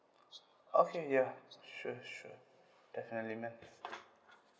okay ya sure sure definitely man